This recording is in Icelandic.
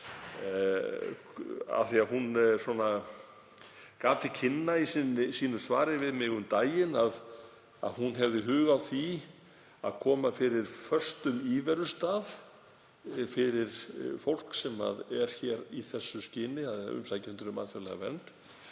ráðherra gaf til kynna í svari sínu við mig um daginn að hún hefði hug á því að koma fyrir föstum íverustað fyrir fólk sem er hér í þessu skyni, fyrir umsækjendur um alþjóðlega vernd,